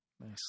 Nice